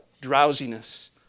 drowsiness